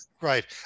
right